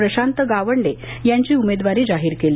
प्रशांत गावंडे यांची उमेदवारी जाहीर केली